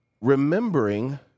remembering